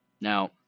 Now